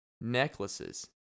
necklaces